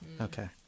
Okay